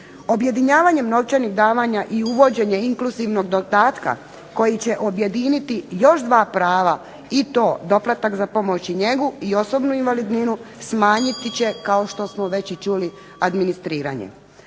Objedinjavanjem novčanih davanja i uvođenje inkluzivnog dodatka koji će objediniti još dva prava i to doplatak za pomoć i njegu i osobnu invalidninu smanjiti će kao što smo već čuli administriranje.